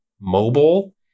mobile